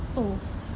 oh